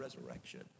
resurrection